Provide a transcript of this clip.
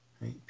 right